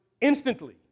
instantly